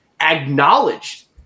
acknowledged